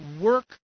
work